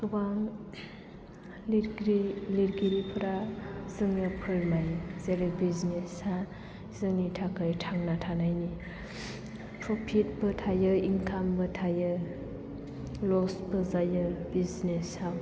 गोबां लिरगिरि लिरगिरिफोरा जोंनो फोरमायो जेरै बिजनेस आ जोंनि थाखाय थांना थानायनि प्रफिट बो थायो इनकाम बो थायो लस बो जायो आव